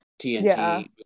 TNT